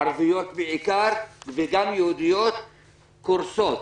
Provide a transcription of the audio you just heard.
הערביות בעיקר, וגם יהודיות קורסות.